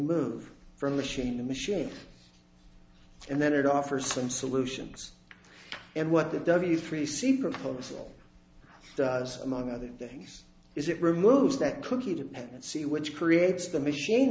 move from machine to machine and then it offers some solutions and what the w three c proposal does among other things is it removes that cookie dependency which creates the machine